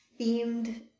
themed